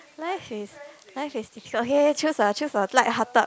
life is life is okay choose a choose a light hearted